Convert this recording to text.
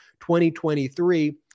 2023